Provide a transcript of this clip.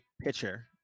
pitcher